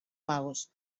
magos